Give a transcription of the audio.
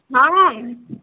हँ